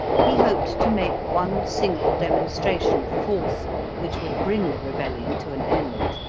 he hoped to make one single demonstration of force which would bring the rebellion to an end.